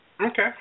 Okay